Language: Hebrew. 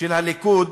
של הליכוד,